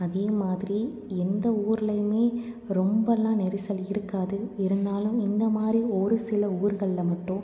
அதே மாதிரி எந்த ஊர்லையுமே ரொம்ப எல்லாம் நெரிசல் இருக்காது இருந்தாலும் இந்த மாதிரி ஒரு சில ஊர்களில் மட்டும்